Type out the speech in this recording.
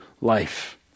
life